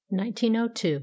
1902